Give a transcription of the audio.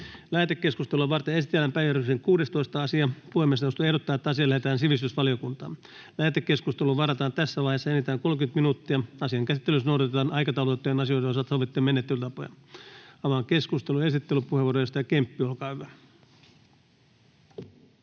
Lähetekeskustelua varten esitellään päiväjärjestyksen 18. asia. Puhemiesneuvosto ehdottaa, että asia lähetetään sosiaali- ja terveysvaliokuntaan. Lähetekeskusteluun varataan tässä vaiheessa enintään 30 minuuttia. Asian käsittelyssä noudatetaan aikataulutettujen asioiden osalta sovittuja menettelytapoja. — Avaan keskustelun. Esittelypuheenvuoro, edustaja Räsänen, olkaa hyvä.